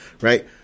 right